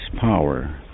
power